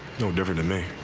no difference to me.